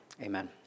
Amen